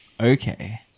Okay